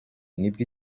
nibwo